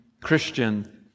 Christian